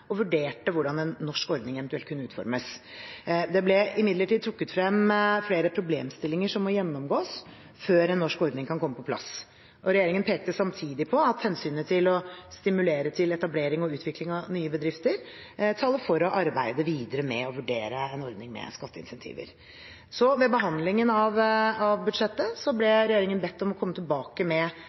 og vurderte hvordan en norsk ordning eventuelt kunne utformes. Det ble imidlertid trukket frem flere problemstillinger som må gjennomgås før en norsk ordning kan komme på plass. Regjeringen pekte samtidig på at hensynet til å stimulere til etablering og utvikling av nye bedrifter taler for å arbeide videre med å vurdere en ordning med skatteinsentiver. Ved behandlingen av budsjettet ble regjeringen bedt om å komme tilbake med